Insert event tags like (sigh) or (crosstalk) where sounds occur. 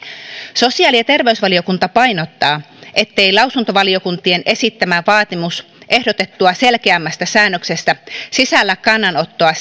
sosiaali ja terveysvaliokunta painottaa ettei lausuntovaliokuntien esittämä vaatimus ehdotettua selkeämmästä säännöksestä sisällä kannanottoa (unintelligible)